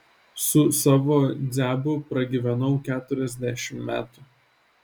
su savo dziabu pragyvenau keturiasdešimt metų